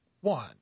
one